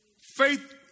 Faith